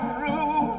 room